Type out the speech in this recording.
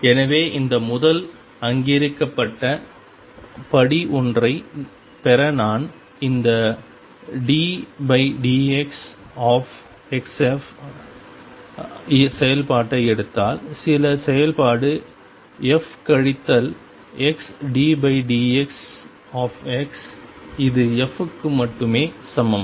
எனவே இந்த முதல் அங்கீகரிக்கப்பட்ட படி ஒன்றைப் பெற நான் இந்த ddxசெயல்பாட்டை எடுத்தால் சில செயல்பாடு f கழித்தல் xddxf இது f க்கு மட்டுமே சமம்